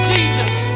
Jesus